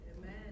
Amen